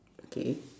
K